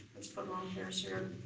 let's put lone pairs here.